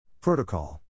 Protocol